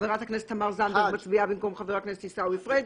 חברת הכנסת תמר זנדברג מצביעה במקום חבר הכנסת עיסאווי פריג'.